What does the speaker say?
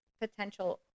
Potential